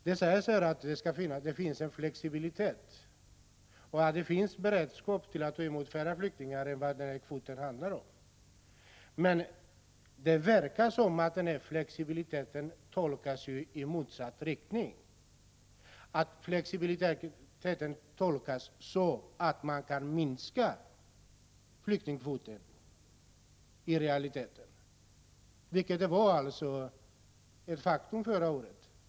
Det sägs att det finns en flexibilitet och att det finns beredskap att ta emot fler flyktingar än kvoten anger. Men det verkar som om den flexibiliteten tolkas i motsatt riktning. Den tolkas så att man i realiteten kan minska flyktingkvoten, vilket var ett faktum förra året.